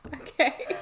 Okay